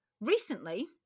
Recently